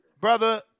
Brother